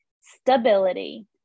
stability